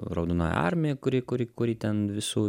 raudonąją armiją kuri kuri kuri ten visų